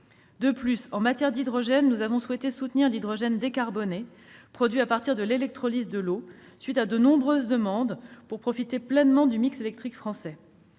De plus, nous avons souhaité soutenir l'hydrogène décarboné, produit à partir de l'électrolyse de l'eau, suite à de nombreuses demandes, pour profiter pleinement du mix électrique français.